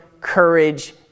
courage